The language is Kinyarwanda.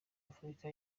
afurika